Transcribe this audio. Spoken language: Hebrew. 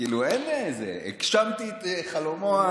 הגשמתי את חלומו,